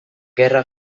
gerra